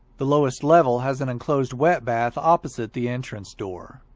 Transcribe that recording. the lowest level has an enclosed wet bath opposite the entrance door.